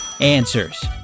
Answers